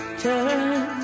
turn